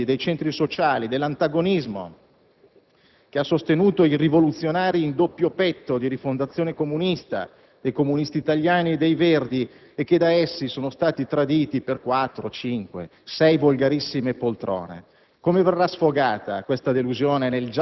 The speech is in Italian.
della composita estrema sinistra dei movimenti, dei centri sociali, dell'antagonismo, che ha sostenuto i rivoluzionari in doppio petto di Rifondazione Comunista, dei Comunisti Italiani e dei Verdi e che da essi sono stati traditi per quattro, cinque, sei volgarissime poltrone.